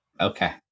Okay